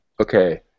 okay